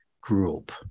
group